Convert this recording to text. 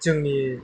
जोंनि